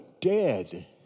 dead